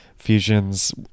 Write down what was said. fusions